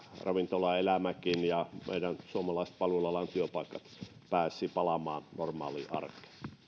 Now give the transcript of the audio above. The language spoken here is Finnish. ravintolaelämä ja suomalaiset palvelualan työpaikat pääsisivät palaamaan normaaliin arkeen